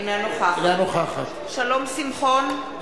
אינה נוכחת שלום שמחון,